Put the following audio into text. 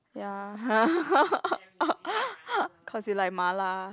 ya cause you like Ma-La